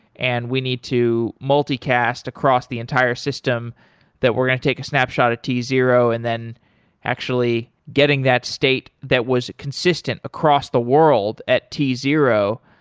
and we need to multicast across the entire system that we're going to take a snapshot at t zero, and then actually getting that state that was consistent across the world at t zero.